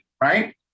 right